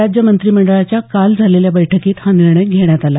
राज्य मंत्रिमंडळाच्या काल झालेल्या बैठकीत हा निर्णय घेण्यात आला